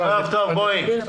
כאשר התקיים הדיון הקודם,